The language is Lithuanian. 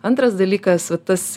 antras dalykas va tas